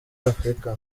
afurika